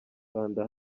kanda